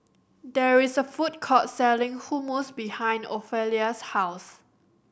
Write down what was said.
there is a food court selling Hummus behind Ofelia's house